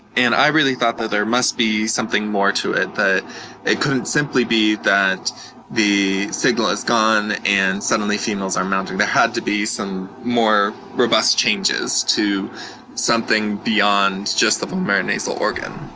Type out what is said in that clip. and i really thought that there must be something more to it, that it couldn't simply be that the signal is gone, and suddenly females are mounting. there had to be some more robust changes to something beyond just the vomeronasal organ.